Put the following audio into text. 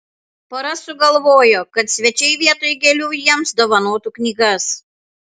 pora sugalvojo kad svečiai vietoj gėlių jiems dovanotų knygas